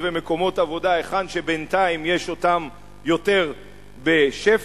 ומקומות עבודה היכן שבינתיים יש כאלה יותר בשפע.